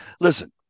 Listen